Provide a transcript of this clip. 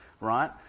right